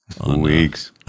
Weeks